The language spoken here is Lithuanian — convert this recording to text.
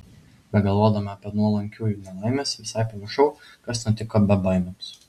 begalvodama apie nuolankiųjų nelaimes visai pamiršau kas nutiko bebaimiams